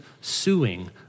suing